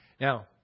Now